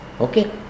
Okay